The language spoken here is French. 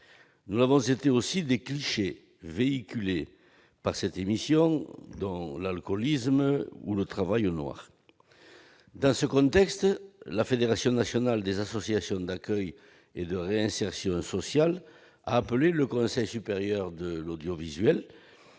Nous l'avons aussi été des clichés véhiculés par cette émission, dont l'alcoolisme ou le travail au noir. La FNARS, la Fédération nationale des associations d'accueil et de réinsertion sociale, a appelé le Conseil supérieur de l'audiovisuel